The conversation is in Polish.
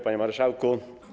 Panie Marszałku!